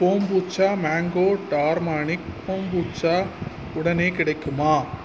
kombucha mango டார்மானிக் kombucha உடனே கிடைக்குமா